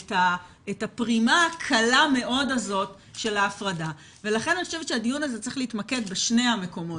הפרימה הקלה מאוד הזאת של ההפרדה הקלה מאוד הזאת של ההפרדה,